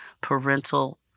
parental